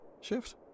shift